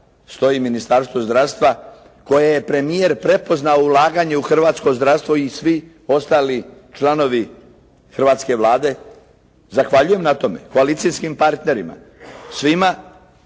stoji Ministarstvo zdravstva koje je premijer prepoznao ulaganje u hrvatsko zdravstvo i svi ostali članovi hrvatske Vlade. Zahvaljujem im na tome, koalicijskim partnerima, svima